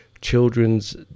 Children's